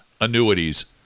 annuities